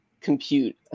compute